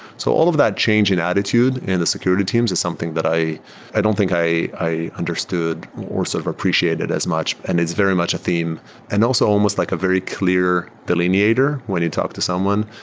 so all of that change in attitude in the security teams is something that i i don't think i i understood or sort of appreciate as much, and it's very much a theme and also almost like a very clear delineator when you talk to someone.